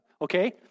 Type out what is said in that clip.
Okay